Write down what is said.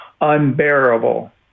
unbearable